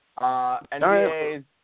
NBA's